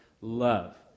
Love